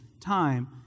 time